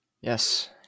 Yes